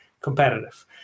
competitive